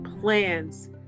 plans